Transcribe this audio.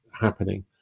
happening